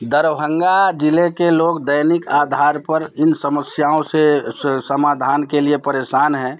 दरभंगा ज़िले के लोग दैनिक आधार पर इन समस्याओं से समाधान के लिए परेशान है